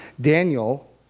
Daniel